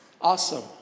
Awesome